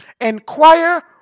inquire